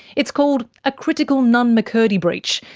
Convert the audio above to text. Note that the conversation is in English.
it's called a critical nunn-mccurdy breach,